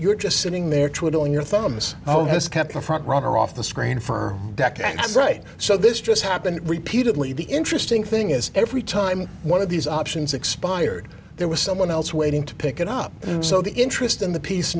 you're just sitting there twiddling your thumbs oh has kept the front runner off the screen for decades right so this just happened repeatedly the interesting thing is every time one of these options expired there was someone else waiting to pick it up so the interest in the piece